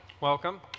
welcome